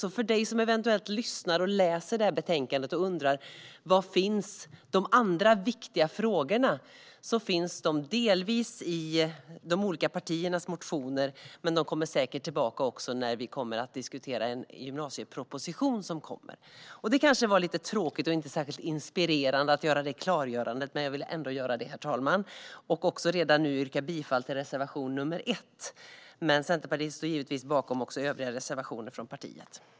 Till dig som eventuellt lyssnar på debatten eller läser betänkandet och undrar var de andra, viktiga frågorna finns säger jag: De finns delvis i de olika partiernas motioner, men de kommer säkert också tillbaka när vi ska diskutera den gymnasieproposition som kommer. Det var kanske ett lite tråkigt och inte särskilt inspirerande klargörande, herr talman, men jag ville ändå göra det. Jag vill också redan nu yrka bifall till reservation nr 1. Centerpartiet står givetvis bakom även övriga reservationer från partiet.